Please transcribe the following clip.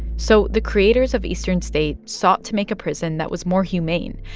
so the creators of eastern state sought to make a prison that was more humane,